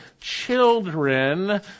children